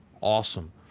awesome